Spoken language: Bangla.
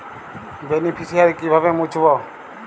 বেনিফিসিয়ারি কিভাবে মুছব?